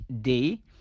day